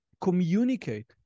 communicate